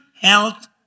health